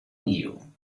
you